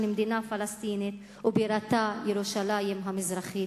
מדינה פלסטינית שבירתה ירושלים המזרחית.